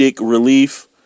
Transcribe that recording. relief